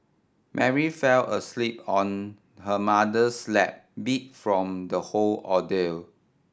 Mary fell asleep on her mother's lap beat from the whole ordeal